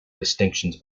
distinctions